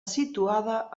situada